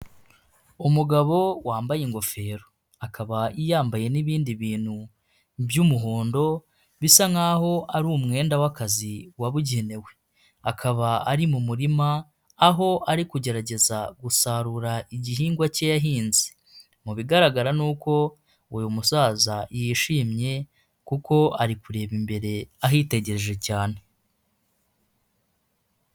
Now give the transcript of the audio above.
Umugabo wambaye ingofero akaba yambaye n'ibindi bintu by'umuhondo bisa nk'aho ari umwenda w'akazi wabugenewe. Akaba ari mu murima, aho ari kugerageza gusarura igihingwa cye yahinze. Mu bigaragara ni uko uyu musaza yishimye kuko ari kureba imbere ahitegereje cyane.